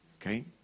okay